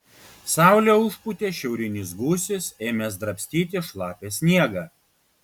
saulę užpūtė šiaurinis gūsis ėmęs drabstyti šlapią sniegą